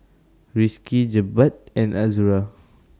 Rizqi Jebat and Azura